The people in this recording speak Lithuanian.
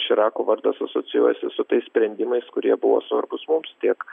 širako vardas asocijuojasi su tais sprendimais kurie buvo svarbūs mums tiek